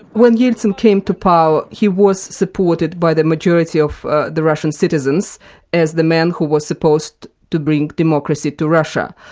when yeltsin came to power he was supported by the majority of the russian citizens as the man who was supposed to bring democracy to russia,